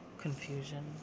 confusion